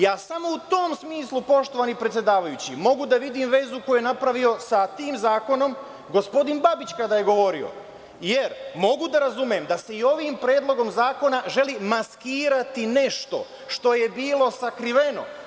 Ja samo u tom smislu, poštovani predsedavajući, mogu da vidim vezu koju je napravio sa tim zakonom gospodin Babić kada je govorio, jer mogu da razumem da se i ovim predlogom zakona želi maskirati nešto što je bilo sakriveno.